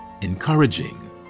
encouraging